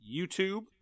YouTube